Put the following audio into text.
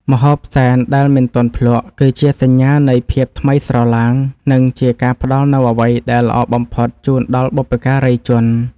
ម្ហូបសែនដែលមិនទាន់ភ្លក្ស គឺជាសញ្ញានៃភាពថ្មីស្រឡាង និងជាការផ្តល់នូវអ្វីដែលល្អបំផុតជូនដល់បុព្វការីជន។